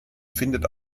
findet